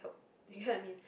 ya I mean